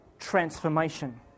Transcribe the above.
transformation